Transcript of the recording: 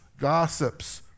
gossips